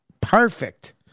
Perfect